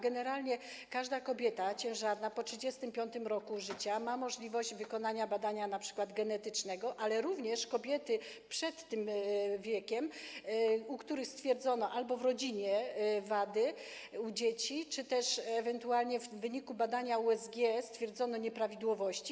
Generalnie każda kobieta ciężarna po 35. roku życia ma możliwość wykonania badania np. genetycznego, ale również kobiety przed tym wiekiem, u których stwierdzono - albo w rodzinie - wady u dzieci czy też ewentualnie w wyniku badania USG stwierdzono nieprawidłowości.